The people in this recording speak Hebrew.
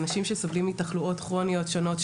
אנשים שסובלים מתחלואות כרוניות שונות,